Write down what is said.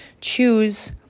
choose